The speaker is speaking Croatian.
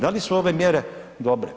Da li su ove mjere dobre?